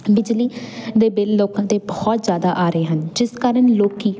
ਬਿਜਲੀ ਦੇ ਬਿਲ ਲੋਕਾਂ ਦੇ ਬਹੁਤ ਜ਼ਿਆਦਾ ਆ ਰਹੇ ਹਨ ਜਿਸ ਕਾਰਨ ਲੋਕ